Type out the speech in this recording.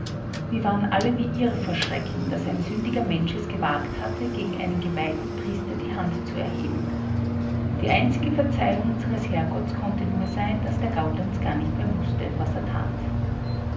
wir waren alle wie irr vor schrecken daß ein sündiger mensch es gewagt hatte gegen einen geweihten priester die hand zu erheben die einzige verzeihung unseres herrgotts konnte nur sein daß der gaudenz gar nicht mehr wußte was er tat